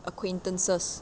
acquaintances